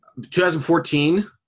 2014